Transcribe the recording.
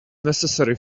necessary